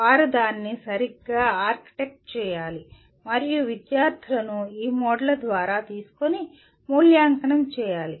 వారు దానిని సరిగ్గా ఆర్కెస్ట్రేట్ చేయాలి మరియు విద్యార్థులను ఈ మోడ్ల ద్వారా తీసుకొని మూల్యాంకనం చేయాలి